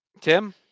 Tim